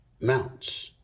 mounts